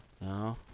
No